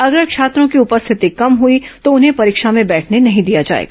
अगर छात्रों की उपस्थिति कम हुई तो उन्हें परीक्षा में बैठने नहीं दिया जाएगा